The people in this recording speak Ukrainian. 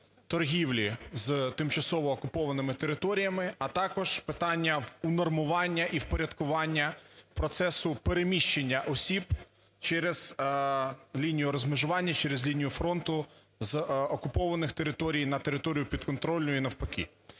торгівлі з тимчасово окупованими територіями, а також питання унормування і впорядкування процесу переміщення осіб через лінію розмежування, через лінію фронту з окупованих територій на територію підконтрольну і навпаки.